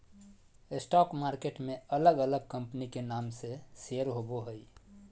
stock market में अलग अलग कंपनी के नाम से शेयर होबो हइ